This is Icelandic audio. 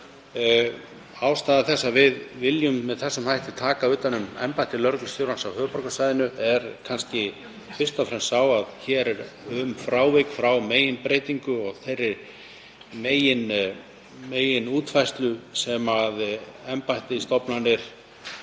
Ástæða þess að við viljum með þessum hætti taka utan um embætti lögreglustjórans á höfuðborgarsvæðinu er kannski fyrst og fremst sú að um er að ræða frávik frá meginbreytingu og þeirri meginútfærslu sem embætti og stofnanir